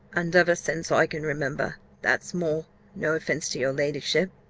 and ever since i can remember, that's more no offence to your ladyship,